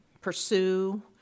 pursue